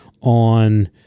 on